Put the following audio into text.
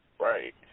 Right